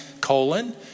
colon